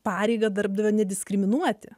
pareigą darbdavio nediskriminuoti